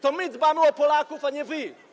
To my dbamy o Polaków, a nie wy.